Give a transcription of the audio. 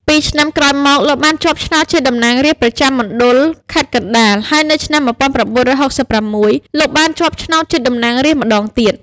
ពីរឆ្នាំក្រោយមក លោក បានជាប់ឆ្នោតជាតំណាងរាស្រ្តប្រចាំមណ្ឌលខេត្តកណ្តាល ហើយនៅឆ្នាំ ១៩៦៦ លោកបានជាប់ឆ្នោតជាតំណាងរាស្រ្តម្តងទៀត។